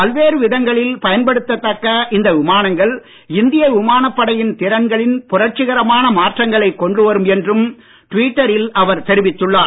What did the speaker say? பல்வேறு விதங்களில் பயன் படுத்த தக்க இந்த விமானங்கள் இந்திய விமானப் படையின் திறன்களில் புரட்சிகரமான மாற்றங்களை கொண்டு வரும் என்றும் டுவிட்டரில் அவர் தெரிவித்துள்ளார்